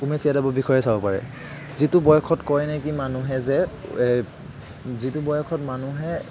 উমেশ যাদৱৰ বিষয়ে চাব পাৰে যিটো বয়সত কয় নেকি মানুহে যে যিটো বয়সত মানুহে